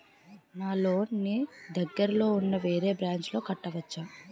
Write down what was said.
నా లోన్ నీ దగ్గర్లోని ఉన్న వేరే బ్రాంచ్ లో కట్టవచా?